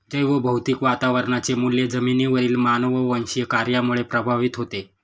जैवभौतिक वातावरणाचे मूल्य जमिनीवरील मानववंशीय कार्यामुळे प्रभावित होते